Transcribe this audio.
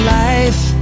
life